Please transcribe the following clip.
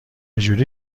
جوری